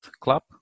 club